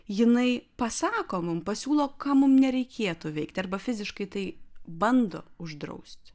jinai pasako mum pasiūlo ką mum nereikėtų veikti arba fiziškai tai bando uždrausti